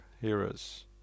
Heroes